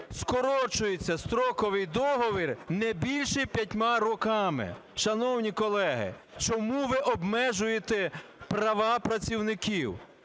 скорочується строковий договір не більше 5 роками. Шановні колеги, чому ви обмежуєте права працівників?